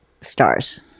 stars